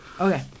Okay